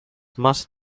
must